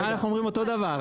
אנחנו אומרים אותו דבר.